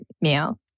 meal